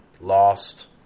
lost